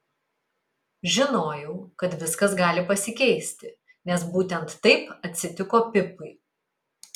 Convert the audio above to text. žinojau kad viskas gali pasikeisti nes būtent taip atsitiko pipui